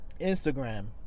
Instagram